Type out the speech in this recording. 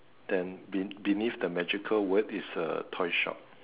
then be~ beneath the magical word is toy shop